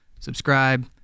Subscribe